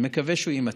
אני מקווה שהוא יימצא.